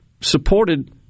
supported